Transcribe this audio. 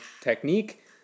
technique